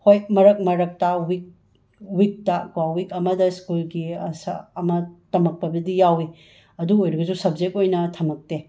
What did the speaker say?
ꯍꯣꯏ ꯃꯔꯛ ꯃꯔꯛꯇ ꯋꯤꯛ ꯋꯤꯛꯇ ꯀꯣ ꯋꯤꯛ ꯑꯃꯗ ꯁ꯭ꯀꯨꯜꯒꯤ ꯑꯁꯥ ꯑꯃ ꯇꯝꯃꯛꯄꯕꯨꯗꯤ ꯌꯥꯎꯏ ꯑꯗꯨ ꯑꯣꯏꯔꯒꯁꯨ ꯁꯞꯖꯦꯛ ꯑꯣꯏꯅ ꯊꯝꯂꯛꯇꯦ